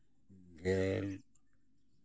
ᱜᱮᱞ